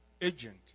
agent